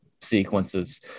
sequences